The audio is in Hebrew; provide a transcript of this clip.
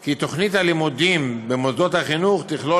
כי תוכנית הלימודים במוסדות החינוך תכלול